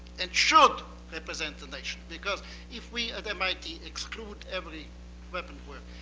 and should represent the nation. because if we at mit exclude every weapon work,